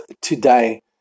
today